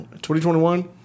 2021